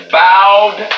vowed